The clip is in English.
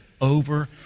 over